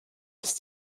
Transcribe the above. das